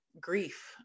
grief